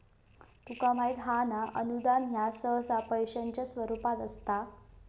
तुका माहित हां ना, अनुदान ह्या सहसा पैशाच्या स्वरूपात असता